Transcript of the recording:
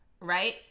right